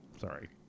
Sorry